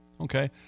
okay